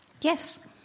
Yes